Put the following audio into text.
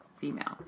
female